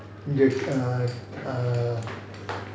err err